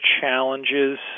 challenges